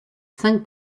cinq